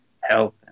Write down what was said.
health